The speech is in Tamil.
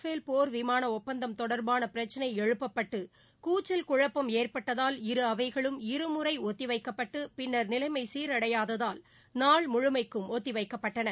பேல் போர் விமானஒப்பந்தம் கூடிய இரு தொடர்பானபிரச்சனைழுப்ப்பட்டுகூச்சல் குழப்பம் ஏற்பட்டதால் இரு அவைகளும் இருமுறைஒத்திவைக்கப்பட்டுபின்னா் நிலைமைசீரடையாததால் நாள் முழுமைக்கும் ஒத்திவைக்கப்பட்டன